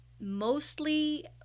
mostly